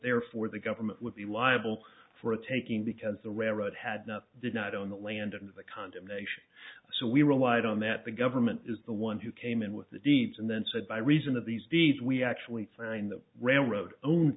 therefore the government would be liable for the taking because the railroad had not did not own the land of the condemnation so we relied on that the government is the one who came in with the deeds and then said by reason of these deeds we actually find that railroad own